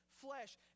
flesh